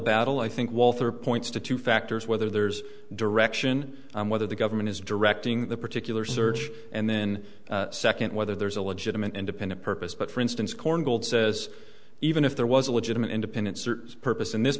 battle i think walther points to two factors whether there's direction whether the government is directing the particular search and then second whether there's a legitimate independent purpose but for instance korngold says even if there was a legitimate independent search purpose in this